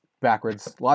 backwards